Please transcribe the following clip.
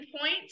point